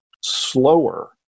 slower